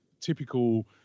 typical